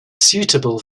suitable